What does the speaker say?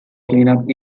cleanup